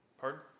Pardon